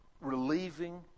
relieving